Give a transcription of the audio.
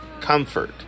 comfort